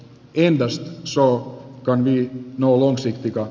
endosta suo kandi nousi mika